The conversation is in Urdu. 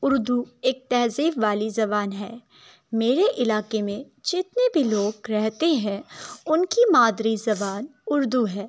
اردو ایک تہذیب والی زبان ہے میرے علاقے میں جتنے بھی لوگ رہتے ہیں ان کی مادری زبان اردو ہے